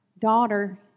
Daughter